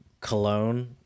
Cologne